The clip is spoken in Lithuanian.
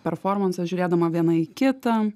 performansas žiūrėdama viena į kitą